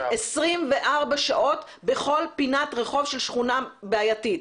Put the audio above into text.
24 שעות בכול פינת רחוב של שכונה בעייתית.